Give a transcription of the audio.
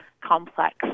complex